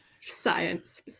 Science